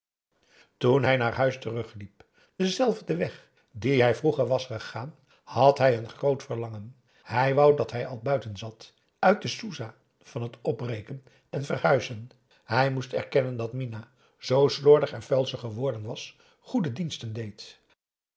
toen hij naar huis terugliep denzelfden weg dien hij vroeger was gegaan had hij een groot verlangen hij wou dat hij al buiten zat uit de soesah van het opbreken en verhuizen hij moest erkennen dat minah zoo slordig en vuil ze geworden was goede diensten deed